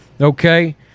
okay